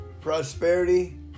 prosperity